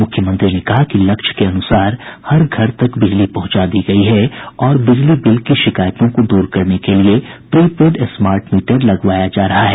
मुख्यमंत्री ने कहा कि लक्ष्य के अनुसार हर घर तक बिजली पहुंचा दी गयी है और बिजली बिल की शिकायतों को दूर करने के लिए प्री पेड स्मार्ट मीटर लगवाया जा रहा है